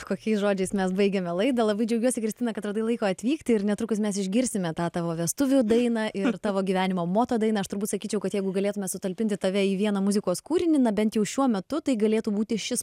kokiais žodžiais mes baigiame laidą labai džiaugiuosi kristina kad radai laiko atvykti ir netrukus mes išgirsime tą tavo vestuvių dainą ir tavo gyvenimo moto dainą aš turbūt sakyčiau kad jeigu galėtume sutalpinti tave į vieną muzikos kūrinį na bent jau šiuo metu tai galėtų būti šis